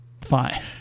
fine